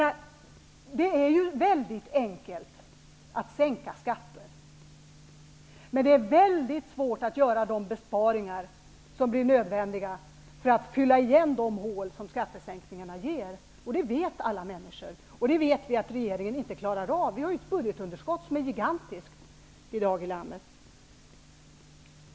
Det är väldigt enkelt att sänka skatter, men det är väldigt svårt att göra de besparingar som blir nödvändiga för att fylla igen de hål som skattesänkningarna ger. Det vet alla människor. Det vet vi att regeringen inte klarar av. Vi har ett gigantiskt budgetunderskott i dag.